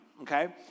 okay